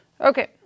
Okay